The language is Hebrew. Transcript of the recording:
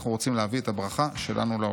אנחנו רוצים להביא את הברכה שלנו לעולם"